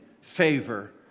favor